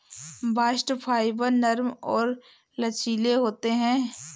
bast fibre नरम और लचीले होते हैं